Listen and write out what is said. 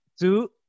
Two